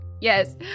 Yes